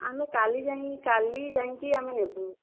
ଆମେ କାଲି ଯାଇଁ କାଲି ଯାଇଁକି ଆମେ ନେବୁ